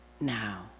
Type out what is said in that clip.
now